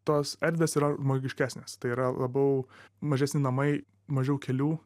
tos erdvės yra magiškesnės tai yra labiau mažesni namai mažiau kelių